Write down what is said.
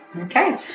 Okay